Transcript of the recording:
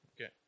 Okay